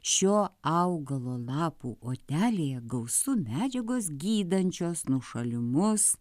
šio augalo lapų odelėje gausu medžiagos gydančios nušalimus